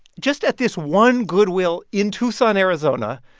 just at this one goodwill in tucson, ariz, ah and